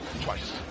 twice